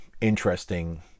interesting